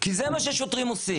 כי זה מה ששוטרים עושים.